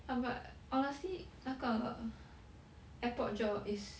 ya but honestly 那个 airport job is